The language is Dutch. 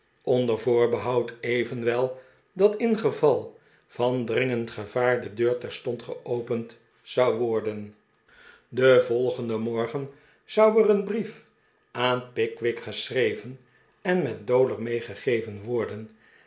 onder voorbehoud evenwel dat ingeval van dringend gevaar de deur terstond geppend zou worden den volgenden morgen zou er een brief aan pickwick geschreven en met dowler meegegeven worden